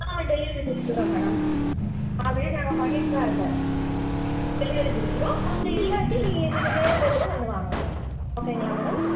ஆ delivery கொடுத்துட்றோம் madam already நாங்கள் பண்ணிகிட்டு தான் இருக்கோம் டெலிவரி கொடுத்துடுவோம் அப்படி இல்லாட்டி நீங்கள் நேரடியாக கூட வந்து வாங்கலாம் ஓகேங்களா மேடம்